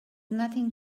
nothing